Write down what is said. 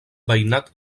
veïnat